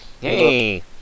Hey